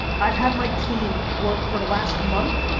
i've had my team work for the last month.